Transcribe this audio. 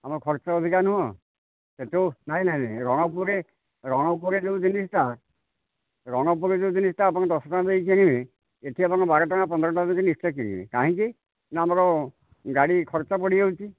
ଆମର ଖର୍ଚ୍ଚ ଅଧିକା ନୁହଁ ସେଠୁ ନାହିଁ ନାହିଁ ରଣପୁରରେ ରଣପୁରରେ ଯେଉଁ ଜିନିଷଟା ରଣପୁରରେ ଯେଉଁ ଜିନିଷଟା ଆପଣଙ୍କର ଦଶ ଟଙ୍କା ଦେଇକି କିଣିବେ ଏଠି ଆପଣଙ୍କର ବାର ଟଙ୍କା ପନ୍ଦର ଟଙ୍କା ଦେଇକି ନିଶ୍ଚୟ କିଣିବେ କାହିଁକିନା ଆମର ଗାଡ଼ି ଖର୍ଚ୍ଚ ପଡ଼ିଯାଉଛି